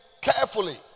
carefully